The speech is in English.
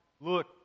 Look